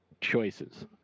choices